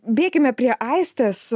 bėkime prie aistės